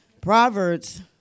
Proverbs